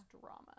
drama